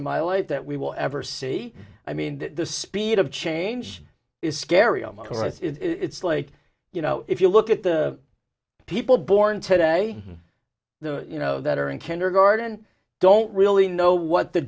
in my life that we will ever see i mean the speed of change is scary oh it's like you know if you look at the people born today the you know that are in kindergarten don't really know what the